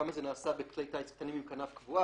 כמה זה נעשה בכלי טיס קטנים עם כנף קבועה,